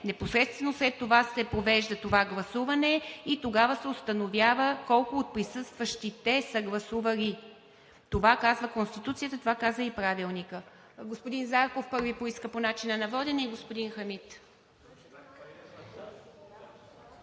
непосредствено след това се провежда това гласуване и тогава се установява колко от присъстващите са гласували. Това казва Конституцията, това каза и Правилникът. Господин Зарков първи поиска по начина на водене и господин Хамид.